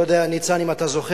אני לא יודע, ניצן, אם אתה זוכר,